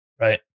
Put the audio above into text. Right